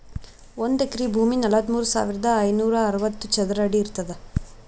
ಒಂದ್ ಎಕರಿ ಭೂಮಿ ನಲವತ್ಮೂರು ಸಾವಿರದ ಐನೂರ ಅರವತ್ತು ಚದರ ಅಡಿ ಇರ್ತದ